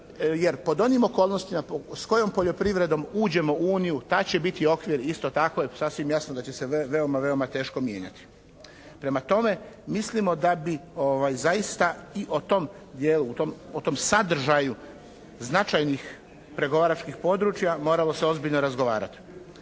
jer pod onim okolnostima s kojom poljoprivredom uđemo u Uniju ta će biti okvir isto tako sasvim je jasno da će se veoma, veoma teško mijenjati. Prema tome, mislimo da bi zaista i o tom dijelu, o tom sadržaju značajnih pregovaračkih područja moralo se ozbiljno razgovarati.